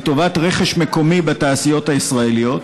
לטובת רכש מקומי בתעשיות הישראליות,